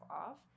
off